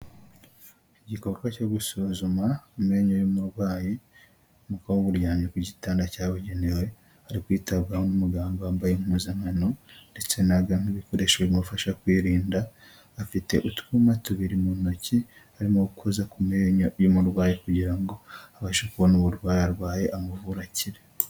Igikorwa cyo gusuzuma amenyo y'umurwayi, umukobwa uryamye ku gitanda cyabugenewe ari kwitabwaho n'umuganga wambaye impuzankano ndetse na ga n'ibikoresho bimufasha kwirinda, afite utwuma tubiri mu ntoki, arimo gukoza ku menyo y'umurwayi kugira ngo abashe kubona uburwayi arwaye amuvure akire.